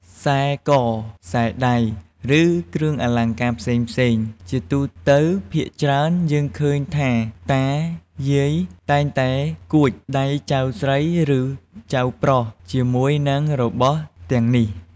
ខ្សែក៏ ខ្សែដៃ ឫ គ្រឿងអលង្ការផ្សេងៗ ជាទូទៅភាគច្រើនយើងឃើញថាតា យាយតែងតែគួចដៃចៅស្រី ឫ ចៅប្រុសជាមួយនឹងរបស់ទាំងនេះ។